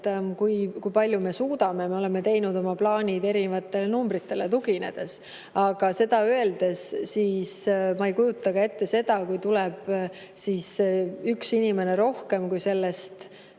et kui palju me suudame. Me oleme teinud oma plaanid erinevatele numbritele tuginedes. Aga seda öeldes ma ei kujuta ka ette seda, et kui tuleb üks inimene rohkem, kui see